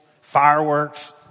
fireworks